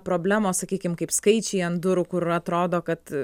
problemos sakykime kaip skaičiai ant durų kur atrodo kad